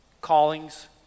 callings